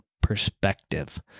perspective